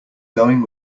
going